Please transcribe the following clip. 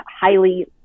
highly